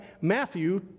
Matthew